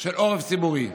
של עורף ציבורי.